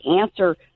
answer